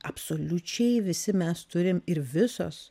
absoliučiai visi mes turim ir visos